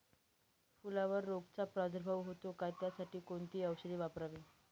फुलावर रोगचा प्रादुर्भाव होतो का? त्यासाठी कोणती औषधे वापरावी?